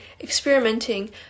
experimenting